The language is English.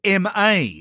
MA